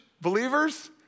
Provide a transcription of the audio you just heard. believers